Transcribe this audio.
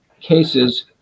cases